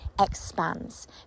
expands